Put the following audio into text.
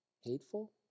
hateful